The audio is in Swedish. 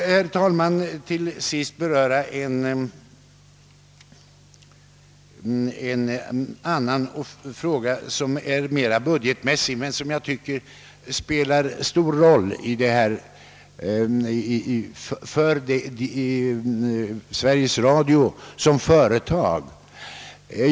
Får jag till sist beröra en fråga av mer budgetmässig natur, en fråga som jag tror spelar en viss roll för Sveriges Radio som företag.